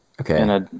Okay